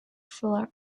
flair